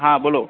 હા બોલો